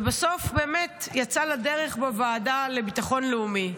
ובסוף באמת יצא לדרך בוועדה לביטחון לאומי.